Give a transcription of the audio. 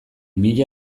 mila